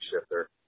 shifter